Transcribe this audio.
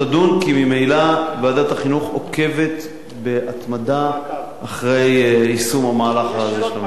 כי ממילא ועדת החינוך עוקבת בהתמדה אחרי יישום המהלך של הממשלה.